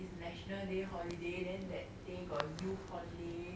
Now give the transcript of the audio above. national day holiday then that day got youth holiday